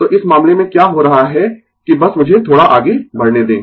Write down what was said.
तो इस मामले में क्या हो रहा है कि बस मुझे थोड़ा आगे बढ़ने दें